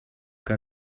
que